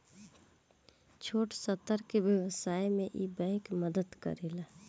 छोट स्तर के व्यवसाय में इ बैंक मदद करेला